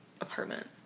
apartment